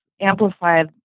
amplified